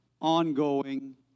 ongoing